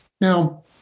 Now